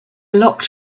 locked